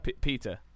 Peter